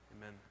amen